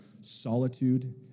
solitude